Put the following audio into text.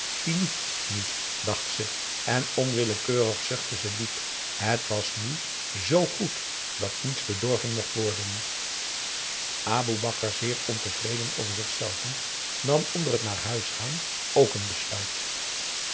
fini nu dacht ze en onwillekeurig zuchtte ze diep het was nu z goed dat niets bedorven mocht worden aboe bakar zeer ontevreden over zichzelven nam onder het naar huis gaan ook een besluit